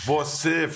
Você